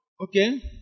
Okay